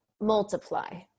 multiply